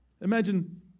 imagine